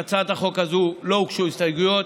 להצעת החוק הזאת לא הוגשו הסתייגות.